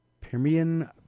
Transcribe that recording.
Permian